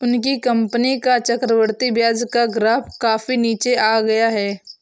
उनकी कंपनी का चक्रवृद्धि ब्याज का ग्राफ काफी नीचे आ गया है